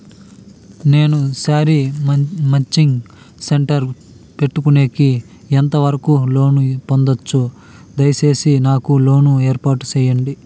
నేను sari matching centre పెట్టుకునేకి ఎంత వరకు లోను పొందొచ్చు? దయసేసి నాకు లోను ఏర్పాటు సేయండి?